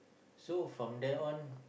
so from then on